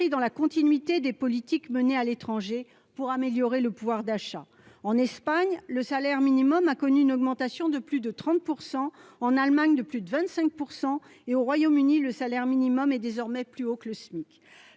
dans la continuité des politiques menées à l'étranger pour améliorer le pouvoir d'achat. Le salaire minimum a connu une augmentation de plus de 30 % en Espagne et de plus de 25 % en Allemagne. Au Royaume-Uni, il est désormais plus haut que le SMIC.